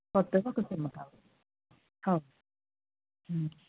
కొత్తగా ఒక సిమ్ము కావాలి ఓకే